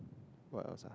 what else ah